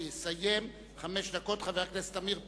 יסיים בחמש דקות חבר הכנסת עמיר פרץ.